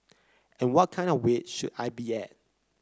and what kind of weight should I be at